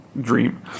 dream